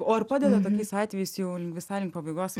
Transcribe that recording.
o ar padeda tokiais atvejais jau visai link pabaigos